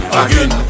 again